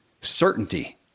certainty